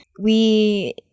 we-